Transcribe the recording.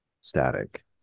static